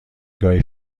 گاهی